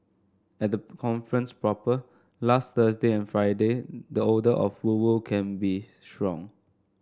at the conference proper last Thursday and Friday the odour of woo woo can be strong